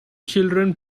children